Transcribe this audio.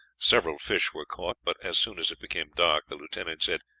several fish were caught, but as soon as it became dark the lieutenant said,